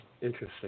interesting